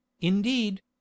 indeed